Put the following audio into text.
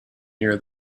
near